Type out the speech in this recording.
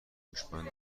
هوشمند